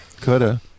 Coulda